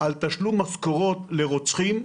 על תשלום משכורות לרוצחים,